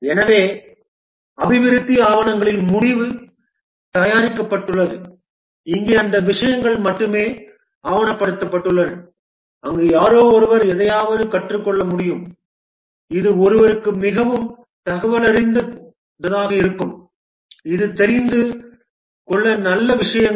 எனவே அபிவிருத்தி ஆவணங்களின் முடிவு தயாரிக்கப்பட்டுள்ளது இங்கே அந்த விஷயங்கள் மட்டுமே ஆவணப்படுத்தப்பட்டுள்ளன அங்கு யாரோ ஒருவர் எதையாவது கற்றுக் கொள்ள முடியும் இது ஒருவருக்கு மிகவும் தகவலறிந்ததாக இருக்கும் இது தெரிந்து கொள்ள நல்ல விஷயங்கள்